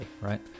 right